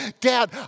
Dad